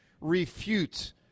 refute